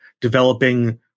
developing